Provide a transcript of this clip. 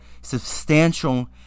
substantial